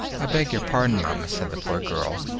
i beg your pardon, mamma, said the poor girl,